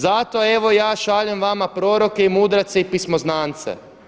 Zato evo ja šaljem vama proroke i mudrace i pismoznance.